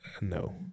No